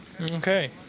Okay